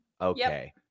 Okay